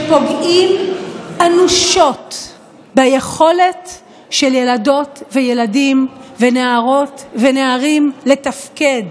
שפוגעים אנושות ביכולת של ילדות וילדים ונערות ונערים לתפקד.